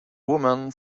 women